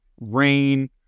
rain